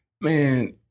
man